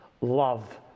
Love